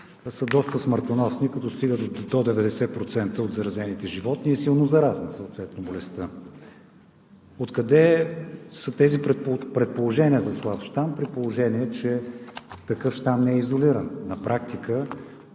са доста смъртоносни, като стигат до 90% от заразените животни и болестта съответно е силно заразна. Откъде са тези предположения за слаб щам, при положение че такъв щам не е изолиран.